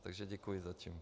Takže děkuji zatím.